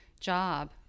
job